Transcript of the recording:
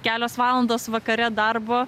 kelios valandos vakare darbo